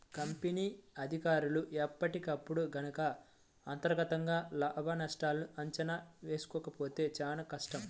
company అధికారులు ఎప్పటికప్పుడు గనక అంతర్గతంగా లాభనష్టాల అంచనా వేసుకోకపోతే చానా కష్టం